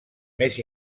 més